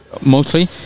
mostly